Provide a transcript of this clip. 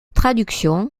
traductions